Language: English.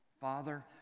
Father